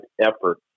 effort